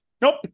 Nope